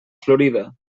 florida